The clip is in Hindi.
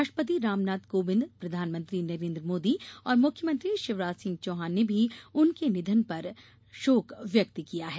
राष्ट्रपति रामनाथ कोविंद प्रधानमंत्री नरेन्द्र मोदी और मुख्यमंत्री शिवराज सिंह चौहान ने भी उनके निधन पर दुख व्यक्त किया है